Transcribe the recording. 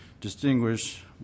distinguish